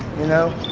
you know,